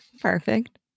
Perfect